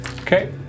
Okay